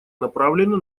направлена